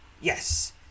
Yes